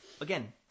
Again